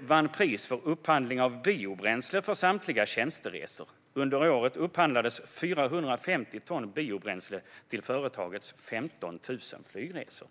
vann pris för upphandling av biobränsle för samtliga tjänsteresor. Under året upphandlades 450 ton biobränsle till företagets 15 000 flygresor.